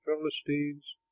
Philistines